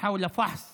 בנוגע לבדיקת